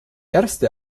erste